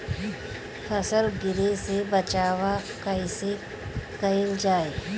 फसल गिरे से बचावा कैईसे कईल जाई?